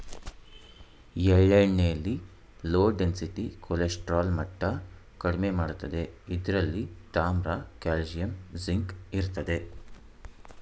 ಎಳ್ಳೆಣ್ಣೆಲಿ low density cholesterol ಮಟ್ಟ ಕಡಿಮೆ ಮಾಡ್ತದೆ ಇದ್ರಲ್ಲಿ ತಾಮ್ರ ಕಾಲ್ಸಿಯಂ ಜಿಂಕ್ ಇರ್ತದೆ